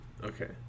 okay